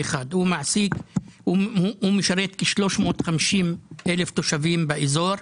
באזור, משרת כ-350,000 תושבים באזור,